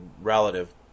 relative